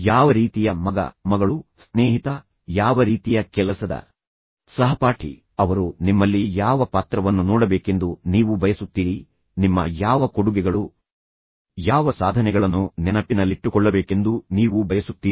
ಯಾವ ರೀತಿಯ ಮಗ ಅಥವಾ ಮಗಳು ಅಥವಾ ಸೋದರಸಂಬಂಧಿ ಯಾವ ರೀತಿಯ ಸ್ನೇಹಿತ ಯಾವ ರೀತಿಯ ಕೆಲಸದ ಸಹಪಾಠಿ ಅವರು ನಿಮ್ಮಲ್ಲಿ ಯಾವ ಪಾತ್ರವನ್ನು ನೋಡಬೇಕೆಂದು ನೀವು ಬಯಸುತ್ತೀರಿ ನಿಮ್ಮ ಯಾವ ಕೊಡುಗೆಗಳು ಯಾವ ಸಾಧನೆಗಳನ್ನು ನೆನಪಿನಲ್ಲಿಟ್ಟುಕೊಳ್ಳಬೇಕೆಂದು ನೀವು ಬಯಸುತ್ತೀರಿ